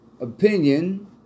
opinion